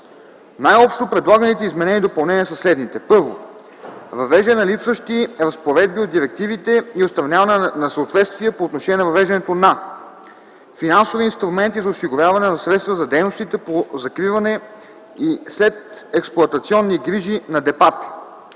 Най общо предлаганите изменения и допълнения са следните: 1. Въвеждане на липсващи разпоредби от директивите и отстраняване на несъответствия по отношение на въвеждането на: - финансови инструменти за осигуряване на средства за дейностите по закриване и следексплоатационни грижи на депата;